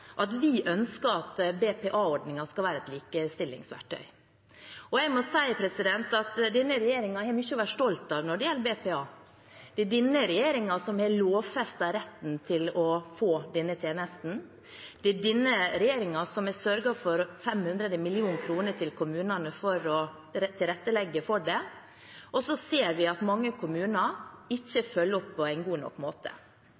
at vi ønsker at BPA-ordningen skal være et likestillingsverktøy. Jeg må si at denne regjeringen har mye å være stolt av når det gjelder BPA. Det er denne regjeringen som har lovfestet retten til å få denne tjenesten. Det er denne regjeringen som har sørget for 500 mill. kr til kommunene for å tilrettelegge for det. Så ser vi at mange kommuner